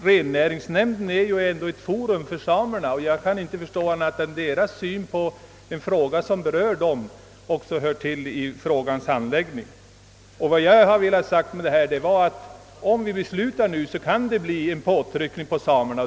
Rennäringsnämnden är ju ändå ett forum för samerna, och jag kan inte förstå annat än att samernas syn på en fråga, som berör dem, också bör föras in i bilden vid frågans handläggning. Vad jag velat säga är att om vi nu fattar beslut i den föreslagna riktningen, så kan det bli en påtryckning på samerna.